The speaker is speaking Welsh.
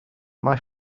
mai